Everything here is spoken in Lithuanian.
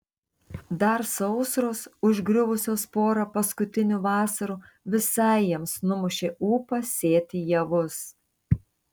dar sausros užgriuvusios porą paskutinių vasarų visai jiems numušė ūpą sėti javus